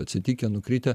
atsitikę nukritę